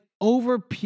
over